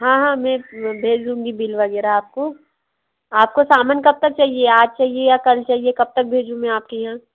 हाँ हाँ मैं भेज दूँगी बिल वग़ैरह आपको आपको सामान कब तक चाहिए आज चाहिए या कल चाहिए कब तक भेजूँ मैं आपके यहाँ